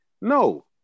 No